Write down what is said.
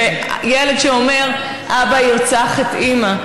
ילד שאומר: אבא ירצח את אימא,